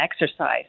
exercise